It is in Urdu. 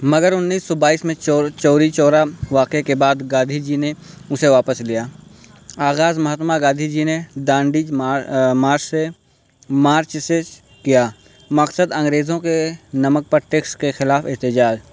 مگر انیس سو بائیس میں چور چوری چورا واقعے کے بعد گاندھی جی نے اسے واپس لیا آغاز مہاتما گاندھی جی نے ڈانڈی مار مارچ سے مارچ سے کیا مقصد انگریزوں کے نمک پر ٹیکس کے خلاف احتجاج